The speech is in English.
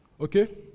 Okay